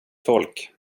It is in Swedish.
folk